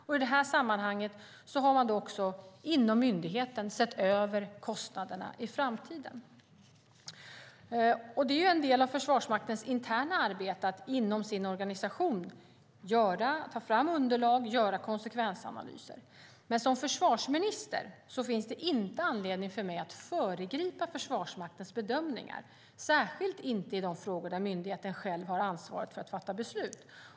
I det sammanhanget har man också, inom myndigheten, sett över kostnaderna i framtiden. Det är en del av Försvarsmaktens interna arbete att inom sin organisation ta fram underlag och göra konsekvensanalyser. Som försvarsminister finns det inte anledning för mig att föregripa Försvarsmaktens bedömningar, särskilt inte i de frågor där myndigheten själv har ansvaret för att fatta beslut.